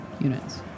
units